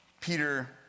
Peter